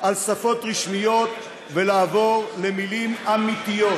על שפות רשמיות ולעבור למילים אמיתיות.